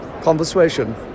Conversation